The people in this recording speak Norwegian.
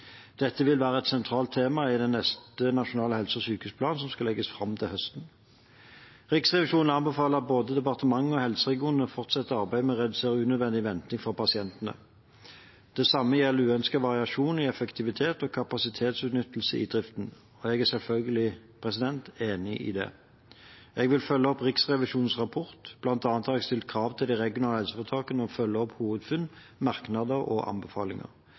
Dette vil være et sentralt tema i den neste nasjonale helse- og sykehusplanen, som skal legges fram til høsten. Riksrevisjonen anbefaler både departementet og helseregionene å fortsette arbeidet med å redusere unødvendig venting for pasientene. Det samme gjelder uønsket variasjon i effektivitet og kapasitetsutnyttelse i driften. Jeg er selvfølgelig enig i det. Jeg vil følge opp Riksrevisjonens rapport. Blant annet har jeg stilt krav til de regionale helseforetakene om å følge opp hovedfunn, merknader og anbefalinger.